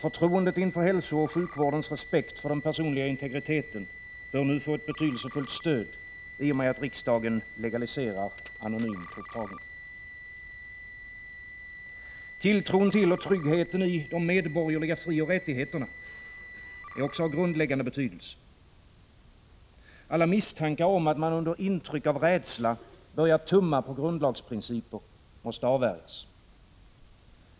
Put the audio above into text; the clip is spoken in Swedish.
Förtroendet för hälsooch sjukvårdens respekt för den personliga integriteten bör få ett betydelsefullt stöd i och med att riksdagen nu legaliserar anonym provtagning. Tilltron till och tryggheten i de medborgerliga frioch rättigheterna är också av grundläggande betydelse. Alla misstankar om att man under intryck av rädsla börjar tumma på grundlagsprinciper måste avvärjas.